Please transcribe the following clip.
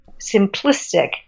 simplistic